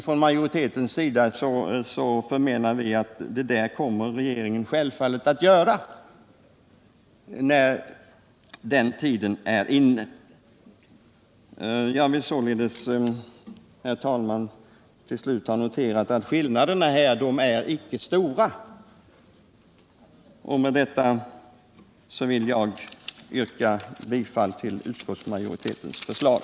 Från majoritetens sida förmenar vi att regeringen självfallet kommer att göra det när tiden är inne. Jag vill således, herr talman, till slut notera att skillnaderna icke är stora. Med detta vill jag yrka bifall till utskottsmajoritetens förslag.